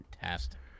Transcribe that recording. fantastic